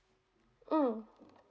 mm